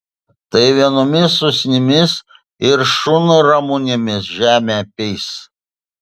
tai vienomis usnimis ir šunramunėmis žemė apeis